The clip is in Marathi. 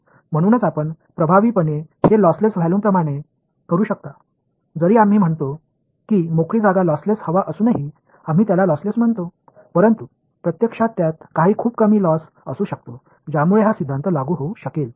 म्हणूनच आपण प्रभावीपणे हे लॉसलेस व्हॉल्यूमप्रमाणे करू शकता जरी आम्ही म्हणतो की मोकळी जागा लॉसलेस हवा असूनही आम्ही त्याला लॉसलेस म्हणतो परंतु प्रत्यक्षात त्यात काही खूप कमी लॉस असू शकतो ज्यामुळे हा सिद्धांत लागू होऊ शकेल